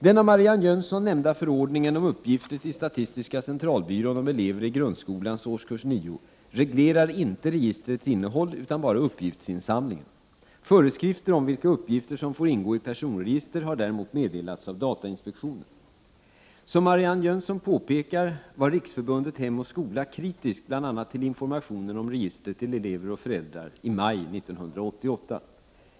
Den av Marianne Jönsson nämnda förordningen om uppgifter till statistiska centralbyrån om elever i grundskolans årskurs 9 reglerar inte registrets innehåll, utan bara uppgiftsinsamlingen. Föreskrifter om vilka uppgifter som får ingå i personregister har däremot meddelats av datainspektionen. Som Marianne Jönsson påpekar var Riksförbundet Hem och Skola kritiskt bl.a. till informationen om registret till elever och föräldrar i maj 1988.